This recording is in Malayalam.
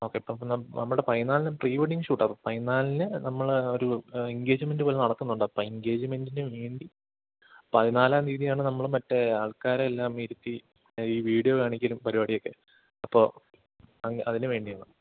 ഓക്കെ ഇപ്പം അപ്പം നമ്മുടെ പതിനാലിന് പ്രീവെഡ്ഡിങ് ഷൂട്ടാ അപ്പം പതിനാലിന് നമ്മൾ ഒരു എൻഗേജ്മെൻറ്റ് പോലെ നടക്കുന്നുണ്ട് അപ്പം ആ എൻഗേജ്മെൻറ്റിന് വേണ്ടി പതിനാലാം തീയതിയാണ് നമ്മൾ മറ്റേ ആൾക്കാരെ എല്ലാം ഇരുത്തി ഈ വീഡ്യോ കാണിക്കലും പരിപാടിയയൊക്കെ അപ്പോൾ അതിന് വേണ്ടിയാണ്